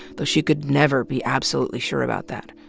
though she could never be absolutely sure about that.